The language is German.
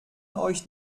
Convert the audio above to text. euch